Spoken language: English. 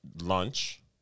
lunch